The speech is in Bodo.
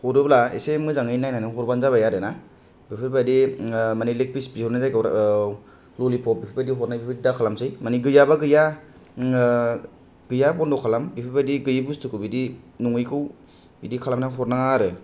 हरोब्ला एसे मोजाङै नायनानै हरबानो जाबाय आरोना बेफोरबादि मानि लेग पिस बिहरनाय जायहगायाव ललिपब बेफोरबादि हरनाय बेफोरबादि दाखालामसै मानि गैयाबा गैया गैया बन्द' खालाम बेफोरबादि गैयै बुस्टुखौ बिदि नङैखौ बिदि खालामना हरनाङा आरो